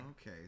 Okay